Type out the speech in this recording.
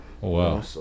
wow